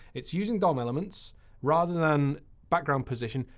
it's using dom elements rather than background position.